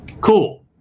Cool